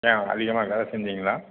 ஏன் அதிகமாக வேலை செஞ்சிங்களா